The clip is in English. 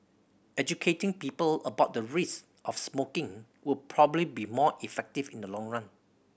educating people about the risks of smoking would probably be more effective in the long run